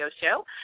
show